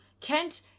Kent